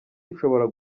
bishobora